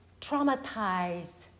traumatized